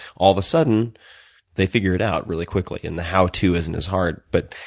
all of a sudden they figure it out really quickly and the how to isn't as hard. but